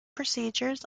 procedures